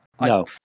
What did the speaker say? No